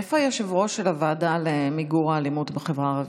איפה היושב-ראש של הוועדה למיגור האלימות בחברה הערבית,